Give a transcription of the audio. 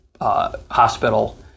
hospital